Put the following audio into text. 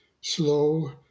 slow